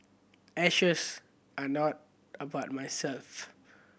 ashes are not about myself